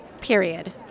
period